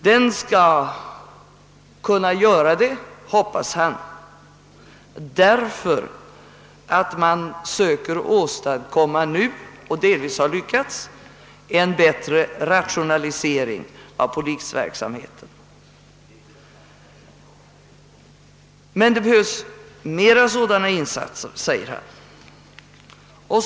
Den skall kunna göra det, hoppas han, därför att man nu söker fullfölja, vad man för övrigt redan med gott resultat påbörjat, nämligen en bättre rationalisering av polisverksamheten. Det behövs emellertid enligt hans åsikt flera sådana insatser.